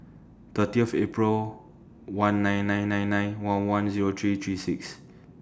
thirtieth April one nine nine nine nine one one Zero three three six